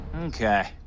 Okay